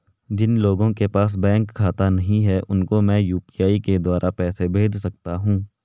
जिन लोगों के पास बैंक खाता नहीं है उसको मैं यू.पी.आई के द्वारा पैसे भेज सकता हूं?